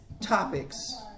topics